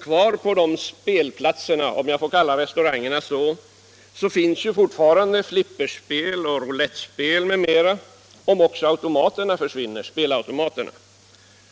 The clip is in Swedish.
Kvar på dessa ”spelplatser” — om jag får kalla restaurangerna så — finns, även om spelautomaterna försvinner, flipperspel, roulettspel m.m.